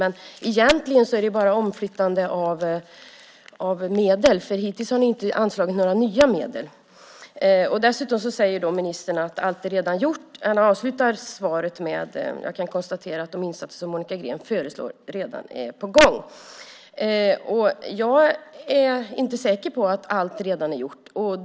Men egentligen är det bara omflyttande av medel. Hittills har ni inte anslagit några nya medel. Dessutom säger ministern att allt redan är gjort. Han avslutar svaret med att säga: Jag kan konstatera att de insatser som Monica Green föreslår redan är på gång. Jag är inte säker på att allt redan är gjort.